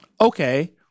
okay